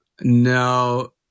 No